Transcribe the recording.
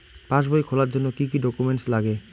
পাসবই খোলার জন্য কি কি ডকুমেন্টস লাগে?